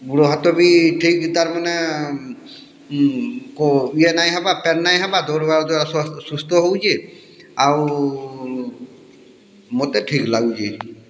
ଗୁଡ଼ ହାତ ବି ଠିକ୍ ତା ମାନେ ଇଏ ନାହିଁ ହେବାର୍ ପେନ୍ ନାଇଁ ହେବା ଦୌଡ଼ିବା ଦ୍ୱାରା ସୁସ୍ଥ ହେଉଛି ଆଉ ମୋତେ ଠିକ୍ ଲାଗୁଛି